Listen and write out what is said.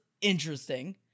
interesting